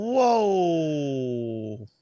Whoa